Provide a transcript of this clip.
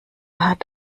hat